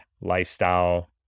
lifestyle